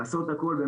לעשות הכול.